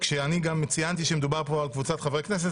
כשאני גם ציינתי שמדובר פה על קבוצת חברי כנסת,